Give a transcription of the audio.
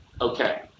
okay